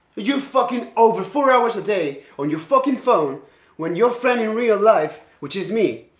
you're fucking over four hours a day on your fucking phone when your friend in real life, which is me,